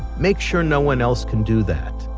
make sure no one else can do that.